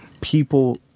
people